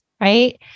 right